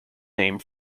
name